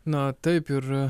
na taip ir